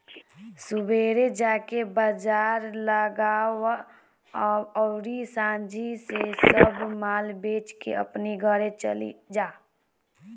सुबेरे जाके बाजार लगावअ अउरी सांझी से सब माल बेच के अपनी घरे चली जा